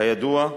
כידוע,